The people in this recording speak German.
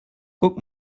guck